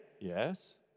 yes